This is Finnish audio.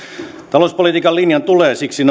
talouspolitiikan linjan tulee siksi